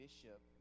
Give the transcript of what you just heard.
Bishop